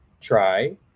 try